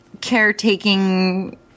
caretaking